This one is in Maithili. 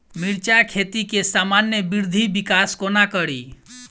मिर्चा खेती केँ सामान्य वृद्धि विकास कोना करि?